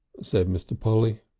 said mr. polly.